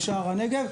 לשער הנגב,